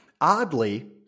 oddly